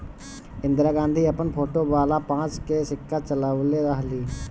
इंदिरा गांधी अपन फोटो वाला पांच के सिक्का चलवले रहली